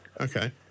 Okay